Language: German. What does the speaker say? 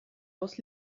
aus